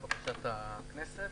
לבקשת הכנסת.